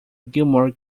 gilmore